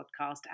podcast